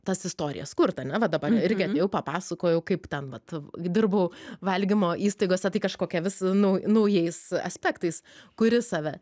tas istorijas kurt ane va dabar irgi atėjau papasakojau kaip ten vat dirbau valgymo įstaigose tai kažkokia vis nau naujais aspektais kuri save